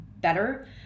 better